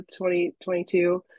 2022